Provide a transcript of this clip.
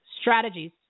strategies